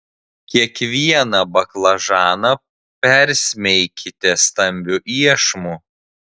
kiekvieną baklažaną persmeikite stambiu iešmu